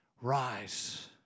rise